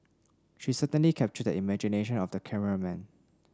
she certainly captured the imagination of the cameraman